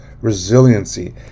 resiliency